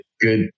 good